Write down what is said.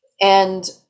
And-